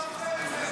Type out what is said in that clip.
מה אתה עושה עם זה?